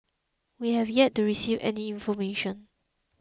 we have yet to receive any information